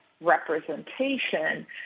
representation